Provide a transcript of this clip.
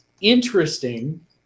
Interesting